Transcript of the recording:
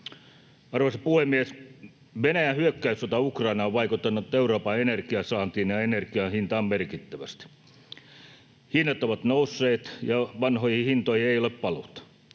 Arvoisa puhemies! Venäjän hyökkäyssota Ukrainaan on vaikuttanut Euroopan energian saantiin ja energian hintaan merkittävästi. Hinnat ovat nousseet, ja vanhoihin hintoihin ei ole paluuta.